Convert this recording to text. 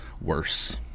worse